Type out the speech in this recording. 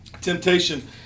temptation